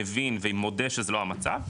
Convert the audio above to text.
מבין ומודה שזה לא המצב,